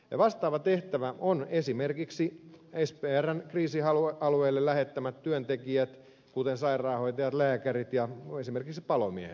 vastaava tehtävä on esimerkiksi sprn kriisialueelle lähettämät työntekijät kuten sairaanhoitajat lääkärit ja esimerkiksi palomiehet